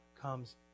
comes